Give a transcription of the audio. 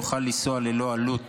יוכל לנסוע ללא עלות